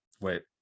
Wait